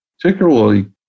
particularly